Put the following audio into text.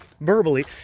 verbally